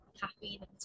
caffeine